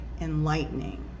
enlightening